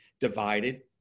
divided